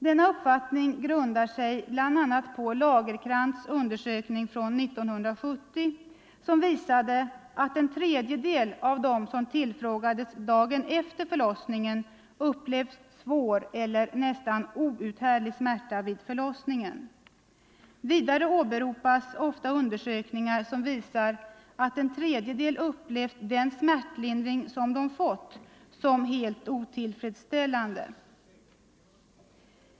Denna uppfattning grundar sig bl.a. på Lagerkrantz' undersökning från 1970, som visade att en tredjedel av dem som tillfrågades dagen efter förlossningen upplevt ”svår” eller ”nästan outhärdlig” smärta vid förlossningen. Vidare åberopas ofta undersökningar som visar att en tredjedel upplevt den smärtlindring de fått som otillfredsställande.